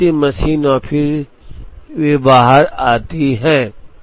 फिर अंतिम मशीन और फिर वे बाहर जाते हैं